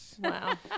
Wow